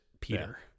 Peter